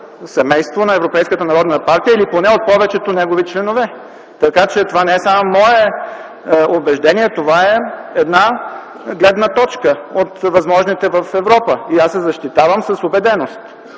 партия, или поне от повечето негови членове. Така че това не е само мое убеждение, а една гледна точка от възможните в Европа и аз я защитавам с убеденост